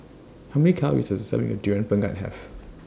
How Many Calories Does A Serving of Durian Pengat Have